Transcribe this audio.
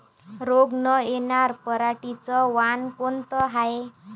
रोग न येनार पराटीचं वान कोनतं हाये?